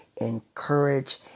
encourage